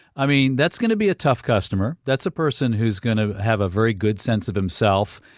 i mean, that's going to be a tough customer. that's a person who's going to have a very good sense of himself,